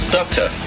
Doctor